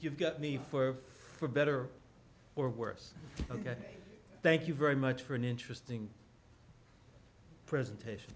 you've got me for for better or worse ok thank you very much for an interesting presentation